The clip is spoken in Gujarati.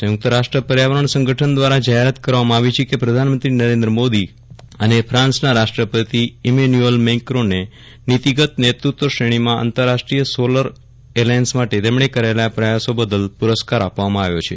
સંયુક્ત રાષ્ટ્ર પર્યાવરણ સંગઠન દ્વારા જાહેરાત કરવામાં આવી છે કે પ્રધાનમંત્રી નરેન્દ્ર મોદી અને ફાન્સના રાષ્ટ્રપતિ ઈમેન્યુઅલ મેંકોને નીતીગત નેતૃત્વ શ્રેષ્ઠીમાં આંતરરાષ્ટ્રીય સોલર એલાયન્સ માટે તેમણે કરેલા પ્રયાસો બદલ પુરસ્કાર આપવામાં આવ્યો છે